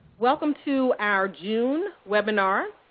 welcome to our june webinar.